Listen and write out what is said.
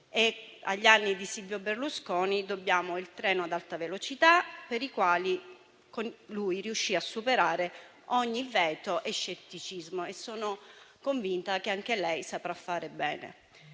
Agli anni di Silvio Berlusconi dobbiamo i treni ad Alta velocità, per i quali lui riuscì a superare ogni veto e scetticismo. Sono convinta che anche lei saprà fare bene.